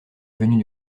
venue